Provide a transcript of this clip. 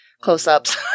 close-ups